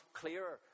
clearer